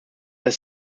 dass